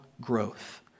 growth